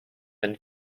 than